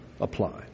apply